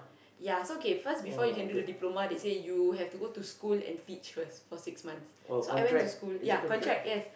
ya so okay first before you can do the diploma they say you have to go to school and teach first for six months so I went to school ya contract yes